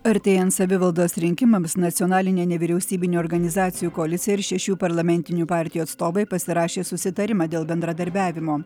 artėjant savivaldos rinkimams nacionalinė nevyriausybinių organizacijų koalicija ir šešių parlamentinių partijų atstovai pasirašė susitarimą dėl bendradarbiavimo